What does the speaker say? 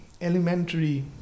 elementary